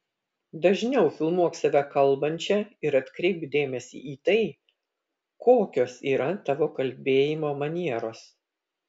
dažniau filmuok save kalbančią ir atkreipk dėmesį į tai kokios yra tavo kalbėjimo manieros